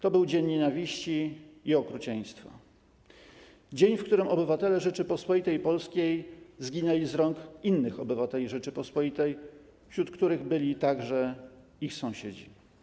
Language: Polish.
To był dzień nienawiści i okrucieństwa, dzień, w którym obywatele Rzeczypospolitej Polskiej zginęli z rąk innych obywateli Rzeczypospolitej, wśród których byli także ich sąsiedzi.